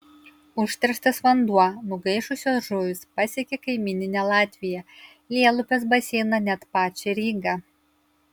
užterštas vanduo nugaišusios žuvys pasiekė kaimyninę latviją lielupės baseiną net pačią rygą